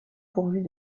pourvue